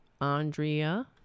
Andrea